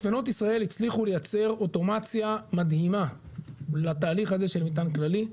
מספנות ישראל הצליחו לייצר אוטומציה מדהימה לתהליך הזה של מטען כללי.